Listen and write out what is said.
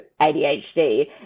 ADHD